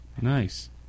Nice